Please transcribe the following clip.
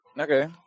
Okay